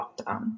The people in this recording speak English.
lockdown